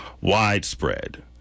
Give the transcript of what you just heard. widespread